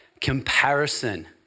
Comparison